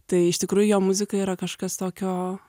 tai iš tikrųjų jo muzika yra kažkas tokio